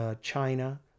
China